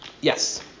Yes